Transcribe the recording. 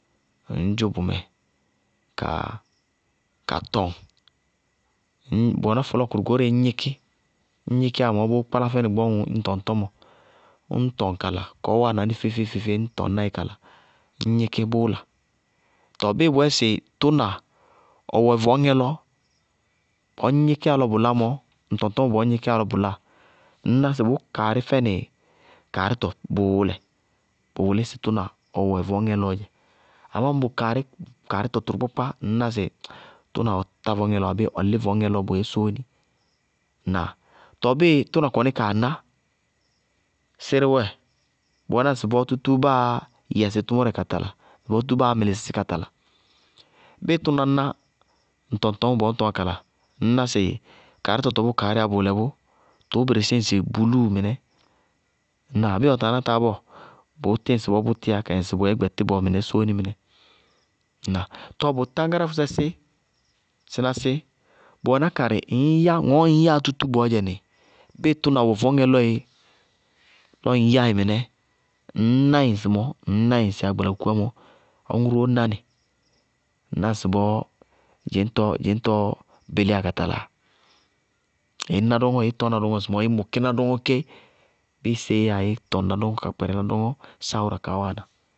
Ŋñ dzʋ bʋmɛ ka tɔŋ, ŋñ bʋ wɛná fɔlɔɔkʋrʋ goóreé ññ gníkí ñ gníkíyá mɔɔ bʋʋ kpálá fɛnɩ gbɔɔɔ ñ tɔŋ tɔmɔ, ññ tɔŋ kala, kɔɔ wáana ní feé-feé ññ tɔŋ kala, ññ gníkí bʋʋ la, tɔɔ bíɩ bʋyɛ sɩ tʋna, ɔ wɛ vʋñŋɛ lɔ, ñ gníkíyá lɔ bʋlá mɔ, ŋ tɔŋtɔñmɔ bɔɔ ñ gníkíyá lɔ bʋlá ŋñná bʋʋ kaarí fɛnɩ kaarítɔ bʋʋlɛ, bʋ wʋlí sɩ tʋna ɔ wɛ vɔñŋɛ lɔɔ dzɛ. Amá ñŋ bʋ kaarí kaarítɔ tʋrʋkpákpá, ŋñná sɩ tʋna lí vɔŋñŋɛ lɔ bʋyɛ sóóni. Ŋnáa? Tɔɔ bíɩ tʋna kɔní kaa ná, sɩrɩ wɛ, bʋwɛná ŋsɩbɔɔ tútúú báa yɛ sɩ tʋmʋrɛ ka tala, ŋsɩbɔɔ báa mɩlɩsɩ bí ka tala. Bíɩ tʋna ná ŋ tɔŋtɔñmɔ bɔɔ ñ tɔñŋá bʋ kala ŋñná sɩ kaarítɔ bɔɔ bʋ kasríyá bʋʋlɛ bʋ, tʋʋ bɩrɩssí ŋsɩ bulúu mɩnɛ, ŋnáa? Bíɩ ɔ taa ná táá bɔɔ, bʋʋtí ŋsɩbɔɔ bʋ tíyá ka katɛ ŋsɩ bʋyɛ gbɛtínɔ mɩnɛ sóóni mɩnɛ. Ŋnáa? Tɔɔ bʋ táñgáráfʋsɛ sí síná si bʋ wɛná karɩ ŋñ yá ŋɔɔ ñ yáa tútú bɔɔdzɛnɩ bíɩ tʋna wɛ vɔñŋɛ lɔ éé lɔ ŋ yáɩ mɩnɛ, ŋñná ɩ ŋsɩmɔɔ, ŋñná ɩ ŋsɩ agbalakukuwá mɔ, ɔŋʋ róó ná nɩ. Ŋná ŋsɩbɔɔ dzɩñtɔɔ bɛlíya ka tala? Ɩí ná dɔŋɔ ɩí tɔñna dɔŋɔ ŋsɩmɔɔ ɩí mʋkina dɔŋɔ ké, bíɩ séé yáa íí tɔŋná dɔñɔ ka kpɛrɛná dɔŋɔ sááwʋra kaá wáana.